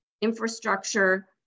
infrastructure